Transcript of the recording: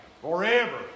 Forever